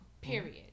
period